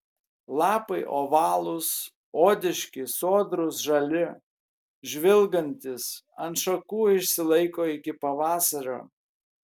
lapai ovalūs odiški sodrūs žali žvilgantys ant šakų išsilaiko iki pavasario